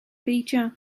beidio